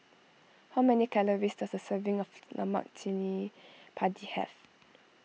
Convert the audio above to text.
how many calories does a serving of Lemak Cili Padi have